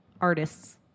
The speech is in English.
artists